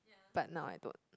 but now I don't